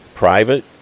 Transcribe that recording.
Private